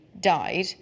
Died